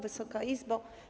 Wysoka Izbo!